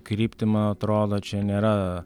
krypti man atrodo čia nėra